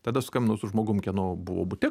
tada susiskambinau su žmogum kieno buvau bute